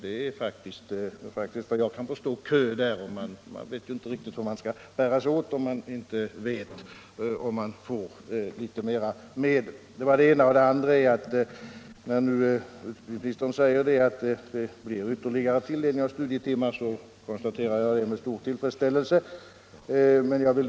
Efter vad jag kan förstå är det kö till den, och man vet inte riktigt hur man skall bära sig åt när man inte får besked om huruvida man får litet mer medel. För det andra säger utbildningsministern att det blir ytterligare tilldelning av studietimmar, och jag konstaterar det med stor tillfredsställelse.